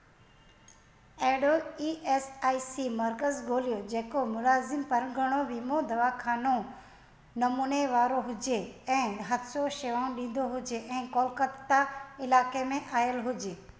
अहिड़ो E S I C मर्कज़ ॻोल्हियो जेको मुलाज़िम परॻणो वीमो दवाखानो नमूने वारो हुजे ऐं हादसो शेवाऊं ॾींदो हुजे ऐं कोलकाता इलाइक़े में आयल हुजे